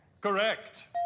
Correct